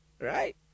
Right